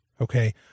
Okay